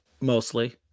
Mostly